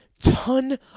ton